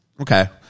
okay